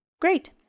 Great